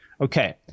Okay